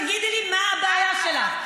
תגידי לי מה הבעיה שלך.